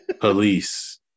police